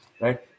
Right